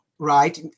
Right